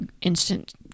instant